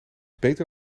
beter